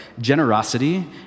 generosity